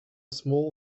small